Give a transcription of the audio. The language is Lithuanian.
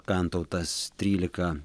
kantautas trylika